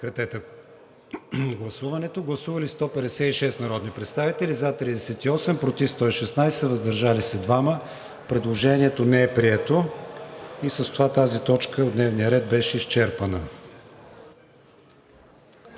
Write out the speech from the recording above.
представители. Гласували 156 народни представители: за 38, против 116, въздържали се 2. Предложението не е прието. С това тази точка от дневния ред беше изчерпана.